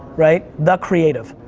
right. the creative.